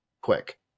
quick